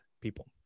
people